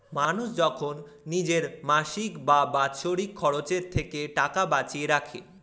মানুষ যখন নিজের মাসিক বা বাৎসরিক খরচের থেকে টাকা বাঁচিয়ে রাখে